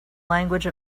language